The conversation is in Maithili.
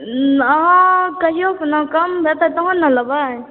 अहाँ क़हियौ ने कम हेतै तहन ने लेबै